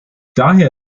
daher